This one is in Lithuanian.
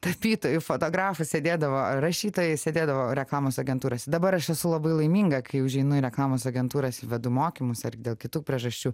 tapytojų fotografų sėdėdavo rašytojai sėdėdavo reklamos agentūrose dabar aš esu labai laiminga kai užeinu į reklamos agentūras ir vedu mokymus ar dėl kitų priežasčių